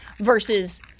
versus